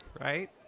right